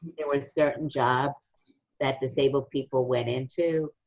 there were certain jobs that disabled people went into.